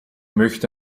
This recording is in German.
möchte